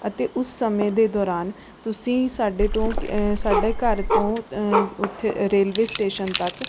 ਅਤੇ ਉਸ ਸਮੇਂ ਦੇ ਦੌਰਾਨ ਤੁਸੀਂ ਸਾਡੇ ਤੋਂ ਸਾਡੇ ਘਰ ਤੋਂ ਉੱਥੇ ਰੇਲਵੇ ਸਟੇਸ਼ਨ ਤੱਕ